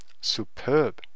Superb